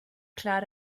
klar